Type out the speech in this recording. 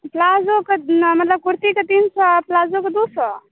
प्लाजोके माने कुर्तीके तीन सए आओर प्लाजोके दू सए